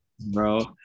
bro